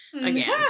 Again